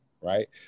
Right